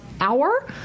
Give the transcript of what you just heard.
hour